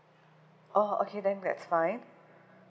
orh okay then that's fine